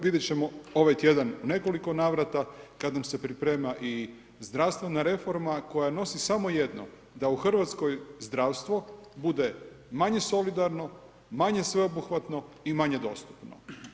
Vidjet ćemo ovaj tjedan u nekoliko navrata kada nam se priprema i zdravstvena reforma koja nosi samo jedno da u Hrvatskoj zdravstvo bude manje solidarno, manje sveobuhvatno i manje dostupno.